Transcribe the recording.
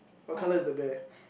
what colour is the bear